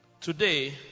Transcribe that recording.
Today